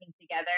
together